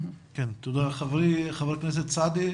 נותנים לך את רשות הדיבור.